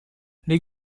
les